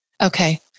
Okay